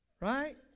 Right